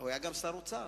אתה אמרת שר האוצר?